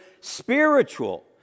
spiritual